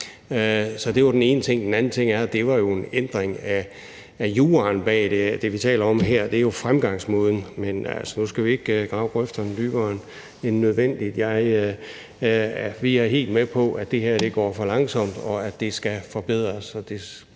Så det var den ene ting. Den anden ting er, at det jo var en ændring af juraen bag det. Det, vi taler om her, er jo fremgangsmåden. Nu skal vi ikke grave grøfterne dybere end nødvendigt. Vi er helt med på, at det her går for langsomt, og at det skal forbedres.